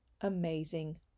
amazing